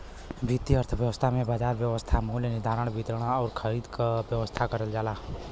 वित्तीय अर्थशास्त्र में बाजार व्यवस्था मूल्य निर्धारण, वितरण आउर खरीद क व्यवस्था करल जाला